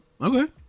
Okay